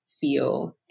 feel